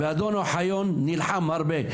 אדון אוחיון נלחם הרבה.